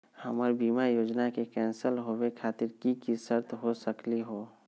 हमर बीमा योजना के कैन्सल होवे खातिर कि कि शर्त हो सकली हो?